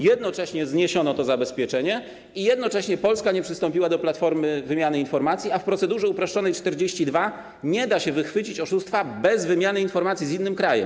Jednocześnie zniesiono to zabezpieczenie i jednocześnie Polska nie przystąpiła do platformy wymiany informacji, a w procedurze uproszczonej 42 nie da się wychwycić oszustwa bez wymiany informacji z innym krajem.